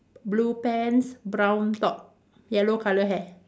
blue pants brown top yellow colour hair